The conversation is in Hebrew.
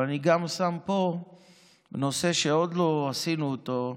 אבל אני שם פה נושא שעוד לא עשינו אותו,